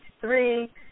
three